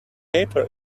paper